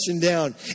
down